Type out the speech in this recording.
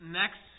next